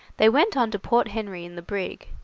they went on to point henry in the brig,